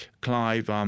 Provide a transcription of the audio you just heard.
Clive